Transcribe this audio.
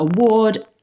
award